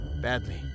badly